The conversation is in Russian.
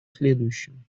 следующем